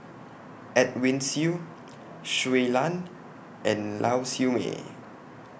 Edwin Siew Shui Lan and Lau Siew Mei